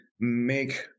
make